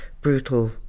brutal